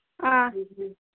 ꯑꯥ